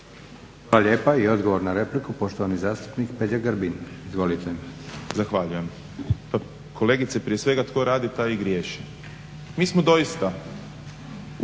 Hvala lijepo. Odgovor na repliku, poštovani zastupnik Peđa Grbin. Izvolite. **Grbin, Peđa (SDP)** Zahvaljujem. Kolegice prije svega tko radi taj i griješi. Mi smo doista nakon